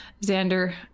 Xander